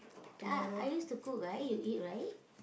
!ah! I used to cook right you eat right